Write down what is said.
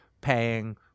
paying